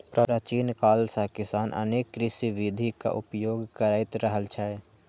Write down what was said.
प्राचीन काल सं किसान अनेक कृषि विधिक उपयोग करैत रहल छै